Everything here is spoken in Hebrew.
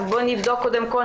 אז בוא נבדוק קודם כל,